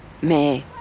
Mais